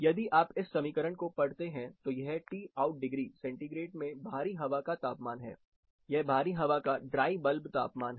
यदि आप इस समीकरण को पढ़ते हैं तो यह है Tout डिग्री सेंटीग्रेड में बाहरी हवा का तापमान है यह बाहरी हवा का ड्राई बल्ब तापमान है